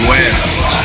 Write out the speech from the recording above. West